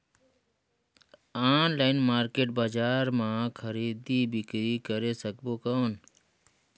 Online market बजार मां खरीदी बीकरी करे सकबो कौन?